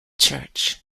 church